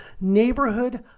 neighborhood